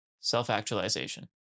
Self-actualization